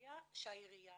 הבעיה שהעירייה